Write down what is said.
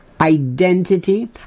identity